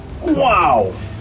Wow